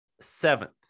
seventh